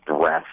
breath